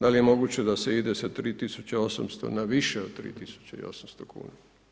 Da li je moguće da se ide sa 3800 na više od 3800 kuna?